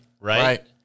right